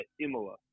Imola